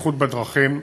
בבטיחות בדרכים,